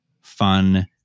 fun